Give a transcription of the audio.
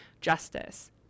Justice